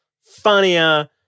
funnier